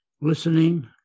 listening